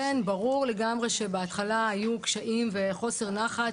כן ברור לגמרי שבהתחלה היו קשיים וחוסר נחת,